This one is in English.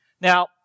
Now